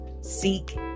seek